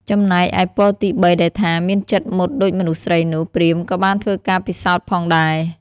ចំណែកឯពរ ទី ៣ ដែលថា មានចិត្តមុតដូចមនុស្សស្រីនោះ ព្រាហ្មណ៍ក៏បានធ្វើការពិសោធន៍ផងដែរ។